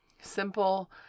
simple